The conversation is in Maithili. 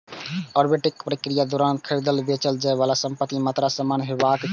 आर्बिट्रेजक प्रक्रियाक दौरान खरीदल, बेचल जाइ बला संपत्तिक मात्रा समान हेबाक चाही